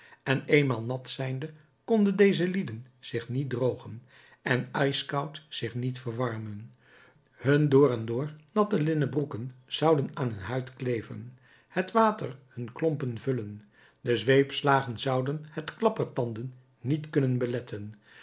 en eenmaal nat zijnde konden deze lieden zich niet drogen en ijskoud zich niet verwarmen hun door en door natte linnen broeken zouden aan hun huid kleven het water hun klompen vullen de zweepslagen zouden het klappertanden niet kunnen beletten